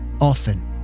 often